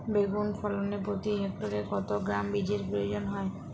বেগুন ফলনে প্রতি হেক্টরে কত গ্রাম বীজের প্রয়োজন হয়?